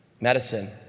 medicine